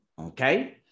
okay